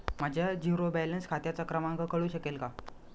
माझ्या zero balance खात्याचा क्रमांक कळू शकेल का?